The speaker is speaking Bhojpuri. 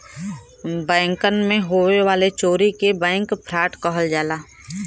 बैंकन मे होए वाले चोरी के बैंक फ्राड कहल जाला